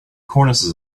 cornices